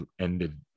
ended